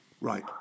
Right